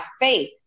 faith